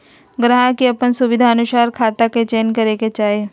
ग्राहक के अपन सुविधानुसार खाता के चयन करे के चाही